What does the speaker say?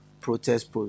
protest